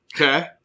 Okay